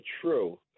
true